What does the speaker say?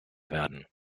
werden